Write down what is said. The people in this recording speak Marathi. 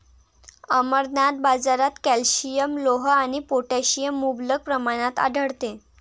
अमरनाथ, बाजारात कॅल्शियम, लोह आणि पोटॅशियम मुबलक प्रमाणात आढळते